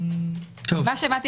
ממה שהבנתי,